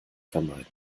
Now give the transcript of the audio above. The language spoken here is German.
vermeiden